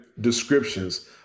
descriptions